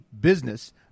business